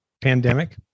pandemic